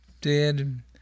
dead